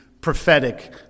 prophetic